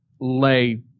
lay